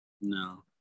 No